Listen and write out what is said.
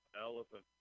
Elephant